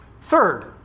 Third